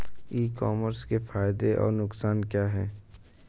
ई commerce के फायदे और नुकसान क्या हैं?